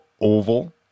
oval